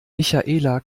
michaela